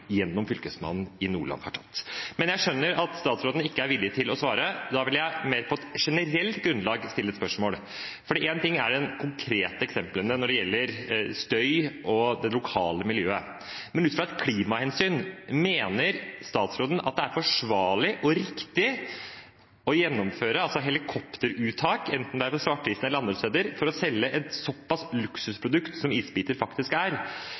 gjennom Fylkesmannen i Nordland, har tatt. Men jeg skjønner at statsråden ikke er villig til å svare, og da vil jeg på et mer generelt grunnlag stille et spørsmål. Én ting er de konkrete eksemplene når det gjelder støy og det lokale miljøet. Men ut fra et klimahensyn: Mener statsråden at det er forsvarlig og riktig å gjennomføre helikopteruttak – enten det er fra Svartisen eller fra andre steder – for å selge såpass et luksusprodukt, som isbiter faktisk er,